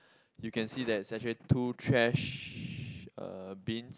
you can see there's actually two trash uh bins